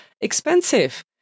expensive